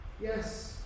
Yes